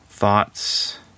Thoughts